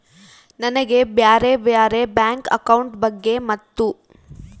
ನನಗೆ ಬ್ಯಾರೆ ಬ್ಯಾರೆ ಬ್ಯಾಂಕ್ ಅಕೌಂಟ್ ಬಗ್ಗೆ ಮತ್ತು?